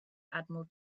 admiral